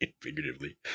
Figuratively